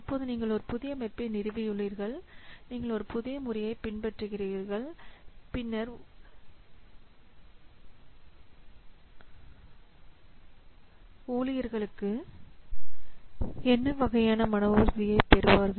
இப்போது நீங்கள் ஒரு புதிய அமைப்பை நிறுவியுள்ளீர்கள் நீங்கள் ஒரு புதிய முறையைப் பின்பற்றியுள்ளீர்கள் பின்னர் ஊழியர்கள் என்ன வகையான மன உறுதியைப் பெறுவார்கள்